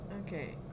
Okay